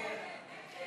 הסעיפים 3 ו-4?